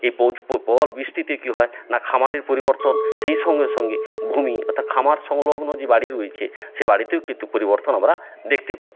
এই প্রবল বৃষ্টিতে কী হয় না খামারের পরিবর্তন সেই সঙ্গে সঙ্গে ভূমি অর্থাৎ খামার সংলগ্ন যে বাড়ি রয়েছে সে বাড়িতেই কিন্তু পরিবর্তন আমরা দেখতে পাই